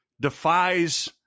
defies